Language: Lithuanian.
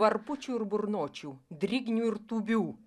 varpučių ir burnočių drygnių ir tūbių